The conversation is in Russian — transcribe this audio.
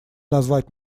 назвать